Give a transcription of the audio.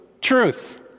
Truth